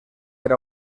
era